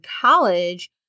college